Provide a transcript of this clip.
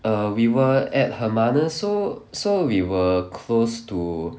err we were at hermanus so so we were close to